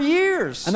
years